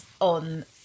on